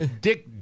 Dick